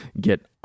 get